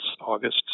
August